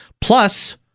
Plus